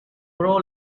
grow